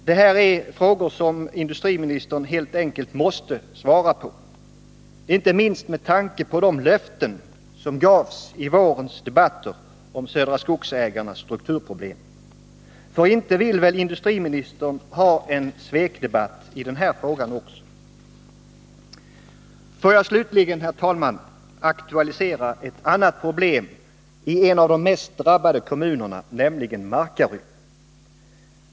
Det här är frågor som industriministern helt enkelt måste svara på, inte minst med tanke på de löften som gavs i vårens debatter om Södra Skogsägarnas strukturproblem. För inte vill väl industriministern ha en svekdebatt i den här frågan också? Får jag slutligen, herr talman, aktualisera ett annat problem i en av de mest drabbade kommunerna, nämligen Markaryd.